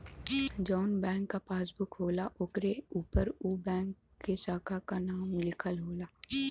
जौन बैंक क पासबुक होला ओकरे उपर उ बैंक के साखा क नाम लिखल होला